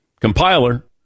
Compiler